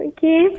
Okay